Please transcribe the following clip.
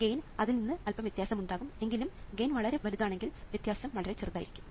gain അതിൽ നിന്ന് അല്പം വ്യത്യാസമുണ്ടാകും എങ്കിലും ഗെയിൻ വളരെ വലുതാണെങ്കിൽ വ്യത്യാസം വളരെ ചെറുതായിരിക്കും